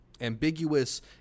ambiguous